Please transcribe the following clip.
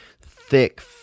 thick